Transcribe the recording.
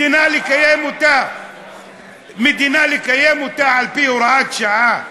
מדינה, לקיים אותה על-פי הוראת שעה.